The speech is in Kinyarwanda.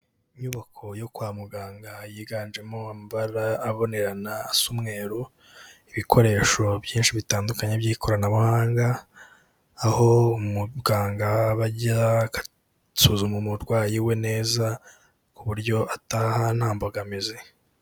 Inyubako yo kwa muganga yiganjemo amabara abonerana asa umweru, ibikoresho byinshi bitandukanye by'ikoranabuhanga, aho umuganga aba ajya agasuzuma umurwayi we neza, ku buryo ataha nta mbogamizi.